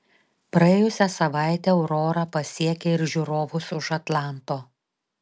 praėjusią savaitę aurora pasiekė ir žiūrovus už atlanto